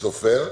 סופר.